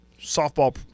softball